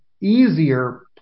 easier